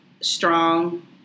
Strong